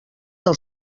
del